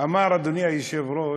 אמר, אדוני היושב-ראש: